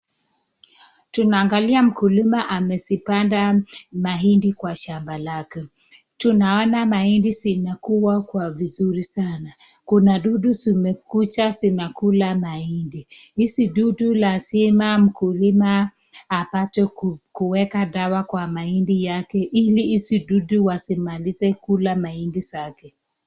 Tunaangalia mkulima amezipanda mahindi kwa shamba lake. Tunaona mahindi zimekua kwa vizuri sana. Kuna dudu zimekuja zinakula mahindi. Hizi dudu lazima mkulima apate kuweka dawa kwa mahidi yake, ili hizi dudu wasimalize kula mahindi zake.